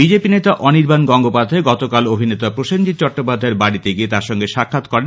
BJP নেতা অনির্বাণ গঙ্গোপাধ্যায় গতকাল অভিনেতা প্রসেনজিৎ চট্টোপাধ্যায়ের বাড়িতে গিয়ে তার সঙ্গে সাক্ষাৎ করেন